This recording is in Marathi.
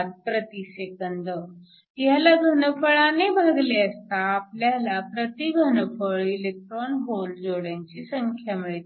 S 1 ह्याला घनफळाने भागले असता आपल्याला प्रति घनफळ इलेक्ट्रॉन होल जोड्यांची संख्या मिळते